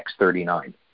X39